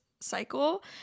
cycle